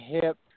hip